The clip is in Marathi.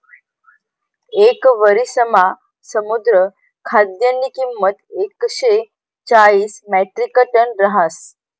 येक वरिसमा समुद्र खाद्यनी किंमत एकशे चाईस म्याट्रिकटन रहास